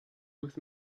with